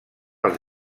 els